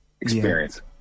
experience